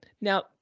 now